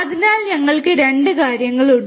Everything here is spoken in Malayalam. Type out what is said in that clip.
അതിനാൽ ഞങ്ങൾക്ക് 2 കാര്യങ്ങൾ ഉണ്ട്